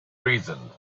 reason